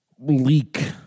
leak